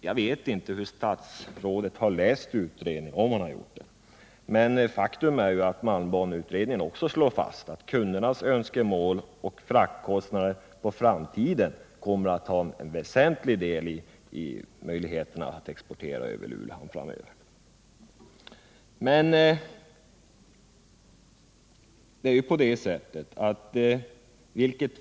Jag vet ju inte hur statsrådet har läst utredningen — eller om han har gjort det — men faktum är att också malmbaneutredningen slår fast att kundernas önskemål om fraktkostnader kommer att utgöra en väsentlig del av möjligheterna att exportera malmen över Luleå i framtiden.